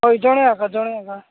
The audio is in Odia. ହଉ ଜଣେ ଆସ ଜଣେ ଏକା